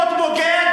לא,